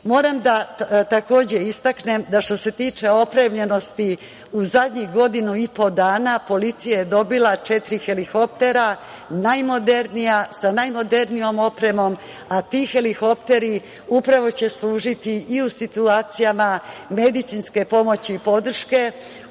takođe da istaknem što se tiče opremljenosti, u zadnjih godinu i po dana policija je dobila četiri helikoptera najmodernija, sa najmodernijom opremom, a ti helikopteri upravo će služiti i u situacijama medicinske pomoći podrške, u cilju